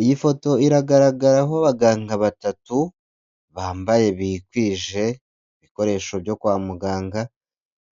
Iyi foto iragaragaraho abaganga batatu bambaye bikwije ibikoresho byo kwa muganga